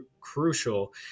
crucial